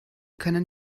können